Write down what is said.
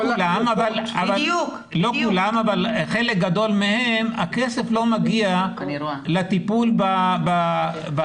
לא כולם אבל בחלק גדול מהם הכסף לא מגיע לטיפול בקשיש.